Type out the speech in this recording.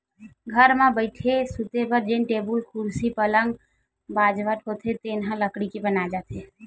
घर म बइठे, सूते बर जेन टेबुल, कुरसी, पलंग, बाजवट होथे तेन ह लकड़ी के बनाए जाथे